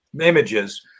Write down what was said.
images